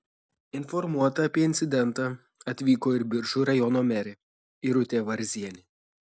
informuota apie incidentą atvyko ir biržų rajono merė irutė varzienė